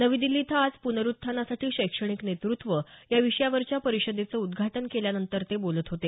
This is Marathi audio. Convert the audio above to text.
नवी दिछी इथं आज पुनरुत्थानासाठी शैक्षणिक नेतृत्व या विषयावरच्या परिषदेचं उद्घाटन केल्यानंतर ते बोलत होते